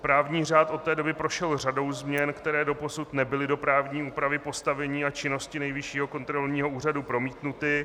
Právní řád od té doby prošel řadou změn, které doposud nebyly do právní úpravy postavení a činnosti Nejvyššího kontrolního úřadu promítnuty.